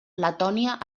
letònia